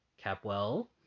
Capwell